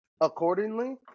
accordingly